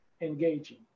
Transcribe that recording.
engaging